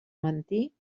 mentir